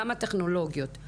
גם הטכנולוגיות.